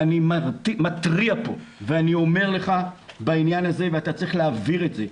ואני מתריע פה ואני אומר לך ואתה צריך להעביר את זה,